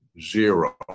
zero